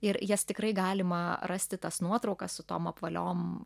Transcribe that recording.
ir jas tikrai galima rasti tas nuotraukas su tom apvaliom